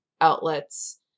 outlets